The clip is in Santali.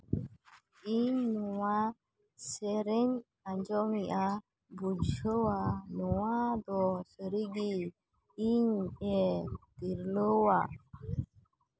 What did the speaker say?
ᱤᱧ ᱱᱚᱣᱟ ᱥᱮᱨᱮᱧ ᱟᱸᱡᱚᱢᱮᱜᱽᱼᱟ ᱵᱩᱡᱷᱟᱹᱣᱟ ᱱᱚᱣᱟ ᱫᱚ ᱥᱟᱹᱨᱤᱜᱮ ᱤᱧᱮ ᱛᱷᱤᱨᱞᱚᱣᱟ